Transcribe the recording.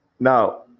Now